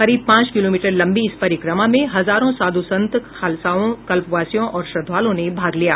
करीब पाँच किलोमीटर लंबी इस परिक्रमा में हजारों साध् संत खालसाओं कल्पवासियों और श्रद्वालुओं ने भाग लिया